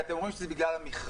אתם אומרים שזה בגלל המכרז.